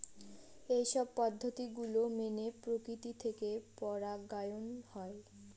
এইসব পদ্ধতি গুলো মেনে প্রকৃতি থেকে পরাগায়ন হয়